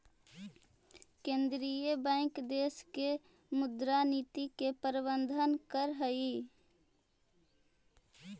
केंद्रीय बैंक देश के मुद्रा नीति के प्रबंधन करऽ हइ